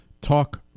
talk